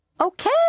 Okay